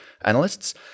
analysts